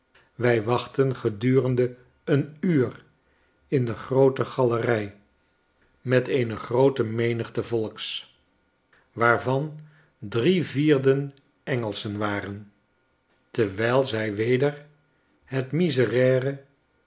wij wachtten gedurende een uur in de groote galerij met eene groote menigte volks waarvan drie vierden engelschen waren terwijl zij weder het